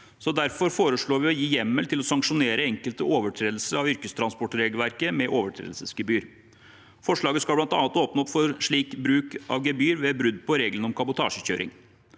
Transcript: Derfor foreslår vi å gi hjemmel til å sanksjonere enkelte overtredelser av yrkestransportregelverket med overtredelsesgebyr. Forslaget skal bl.a. åpne opp for slik bruk av gebyr ved brudd på reglene om kabotasjekjøring.